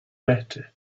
better